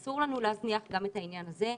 אסור לנו להזניח גם את העניין הזה.